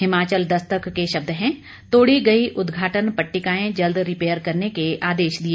हिमाचल दस्तक के शब्द हैं तोड़ी गई उद्घाटन पट्टिकाएं जल्द रिपेयर करने के आदेश दिए